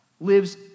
lives